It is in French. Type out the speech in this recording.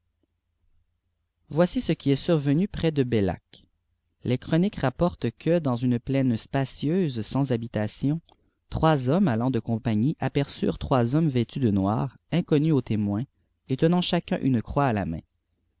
voici ce qui est survenu près belac les chroniques rapportent que dans une plaine spacieuse satis habitation y trois hommes allant de compagnie aperçurent rois hommes vêtus de noir inconnus aux témoms et tenant chacun une croix à la main